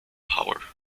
power